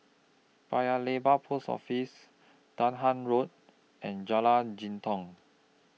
Paya Lebar Post Office Dahan Road and Jalan Jitong